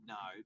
no